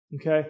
okay